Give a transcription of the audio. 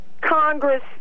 Congress